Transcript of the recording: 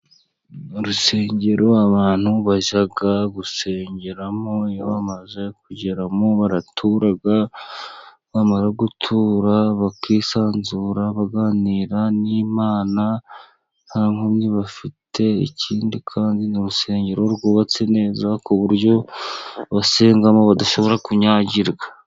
Mu rusengero abantu bajya gusengeramo, iyo bamaze kugeramo baratura, bamara gutura, bakisanzura baganira n'Imana, nta nkomyi bafite, ikindi kandi ni rusengero rwubatse neza ku buryo abasengamo badashobora kunyagirwa.